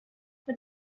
but